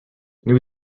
new